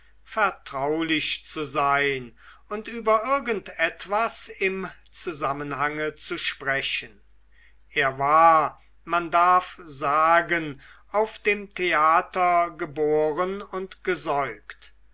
vertraulich zu sein und über irgend etwas im zusammenhange zu sprechen er war man darf sagen auf dem theater geboren und gesäugt